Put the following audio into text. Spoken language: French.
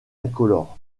incolores